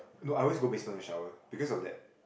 no I always go basement to shower because of that